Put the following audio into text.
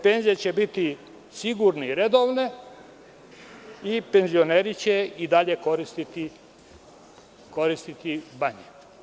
Penzije će biti sigurne i redovne i penzioneri će i dalje koristiti banje.